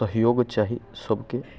सहयोग चाही सबके